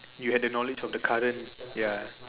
you had the knowledge of the current ya